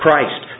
Christ